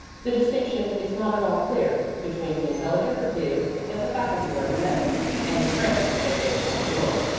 the distinction is not at all clear between the intelligent review that the faculty recommend and the cramming that they abhor.